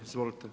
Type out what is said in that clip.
Izvolite.